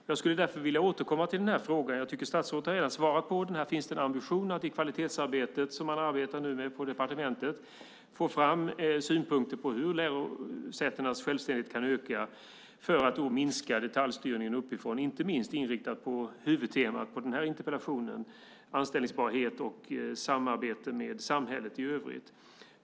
Statsrådet har redan svarat på frågan om det finns en ambition att i kvalitetsarbetet på departementet få fram synpunkter på hur lärosätenas självständighet kan öka för att minska detaljstyrningen uppifrån - inte minst inriktat på huvudtemat för den här interpellationen, nämligen anställningsbarhet och samarbete med samhället i övrigt.